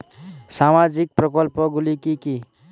সামাজিক প্রকল্প গুলি কি কি?